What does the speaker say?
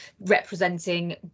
representing